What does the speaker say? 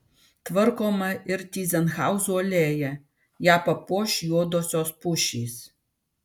tvarkoma ir tyzenhauzų alėja ją papuoš juodosios pušys